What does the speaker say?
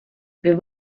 wir